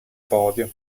podio